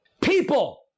people